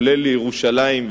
כולל לירושלים,